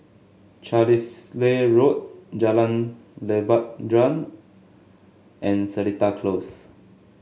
Carlisle Road Jalan Lebat Daun and Seletar Close